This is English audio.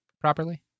properly